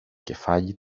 κεφάλι